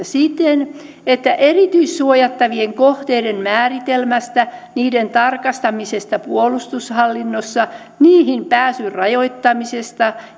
siten että erityissuojattavien kohteiden määritelmästä niiden tarkastamisesta puolustushallinnossa niihin pääsyn rajoittamisesta